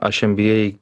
aš nba